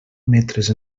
metres